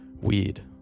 weed